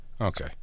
Okay